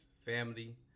family